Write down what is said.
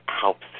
helps